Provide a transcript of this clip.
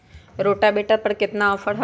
Rotavator पर केतना offer हव?